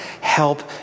help